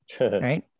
Right